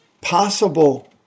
possible